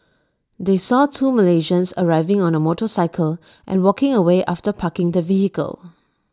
they saw two Malaysians arriving on A motorcycle and walking away after parking the vehicle